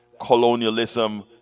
colonialism